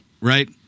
right